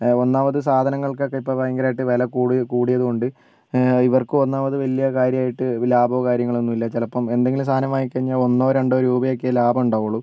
ഒന്നാമത് സാധനങ്ങൾക്കൊക്കെ ഇപ്പോൾ ഭയങ്കരമായിട്ട് വില കൂടി കൂടിയത് കൊണ്ട് ഇവർക്ക് ഒന്നാമത് വലിയ കാര്യമായിട്ട് ലാഭമോ കാര്യങ്ങളൊന്നും ഇല്ല ചിലപ്പം എന്തെങ്കിലും സാധനം വാങ്ങി കഴിഞ്ഞാൽ ഒന്നോ രണ്ടോ രൂപയൊക്കെ ലാഭം ഉണ്ടാവുള്ളൂ